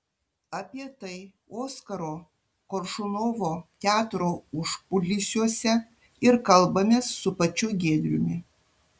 apie tai oskaro koršunovo teatro užkulisiuose ir kalbamės su pačiu giedriumi